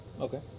Okay